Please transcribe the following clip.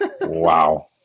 Wow